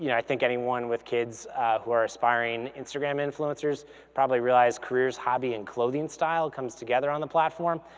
you know i think anyone with kids who are aspiring instagram influencers probably realize careers, hobby, and clothing style comes together on the platform.